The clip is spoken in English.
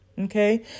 Okay